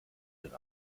den